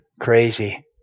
crazy